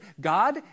God